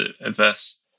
adverse